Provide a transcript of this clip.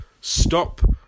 Stop